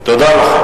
תודה לכם.